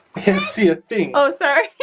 can't see a thing. oh, sorry.